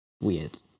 weird